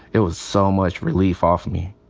it was so much relief off me.